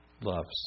loves